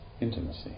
Intimacy